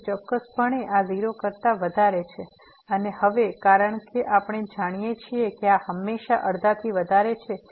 તેથી ચોક્કસપણે આ 0 કરતા વધારે છે અને હવે કારણ કે આપણે જાણીએ છીએ કે આ હંમેશાં અડધાથી વધારે છે